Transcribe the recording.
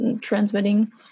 transmitting